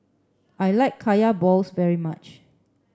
I like Kaya Balls very much